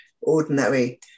ordinary